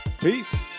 Peace